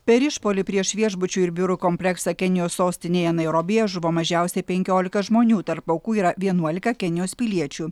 per išpuolį prieš viešbučių ir biurų kompleksą kenijos sostinėje nairobyje žuvo mažiausiai penkiolika žmonių tarp aukų yra vienuolika kenijos piliečių